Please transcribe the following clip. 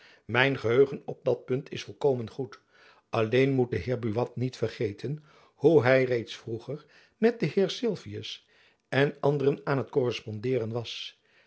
mijn geheugen op dat punt is volkomen goed alleen moet de heer buat niet vergeten hoe hy reeds vroeger met den heer sylvius en anderen aan het korrespondeeren was